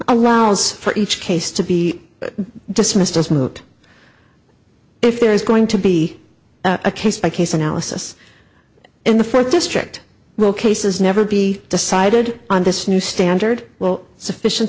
allows for each case to be dismissed as moot if there is going to be a case by case analysis in the fourth district will cases never be decided on this new standard well sufficien